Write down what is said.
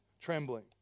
trembling